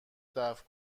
دفع